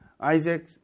Isaac